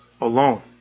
alone